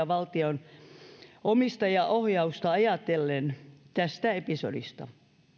valtion omistajaohjausta on otettava oppia tästä episodista